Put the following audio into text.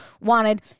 wanted